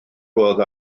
oedd